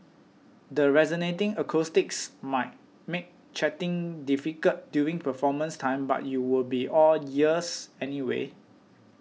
the resonating acoustics might make chatting difficult during performance time but you will be all ears anyway